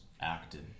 acted